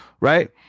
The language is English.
right